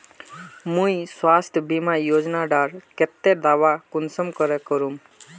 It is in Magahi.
मुई स्वास्थ्य बीमा योजना डार केते दावा कुंसम करे करूम?